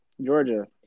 Georgia